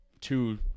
two